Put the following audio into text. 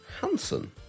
Hansen